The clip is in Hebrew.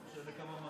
לא משנה כמה,